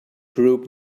group